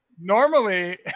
normally